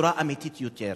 בצורה אמיתית יותר